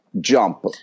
jump